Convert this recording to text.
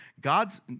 God's